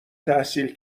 تحصیل